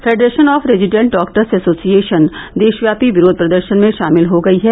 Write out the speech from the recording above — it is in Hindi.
federation of resident doctors association देशव्यापी विरोध प्रदर्शन में शामिल हो गयी है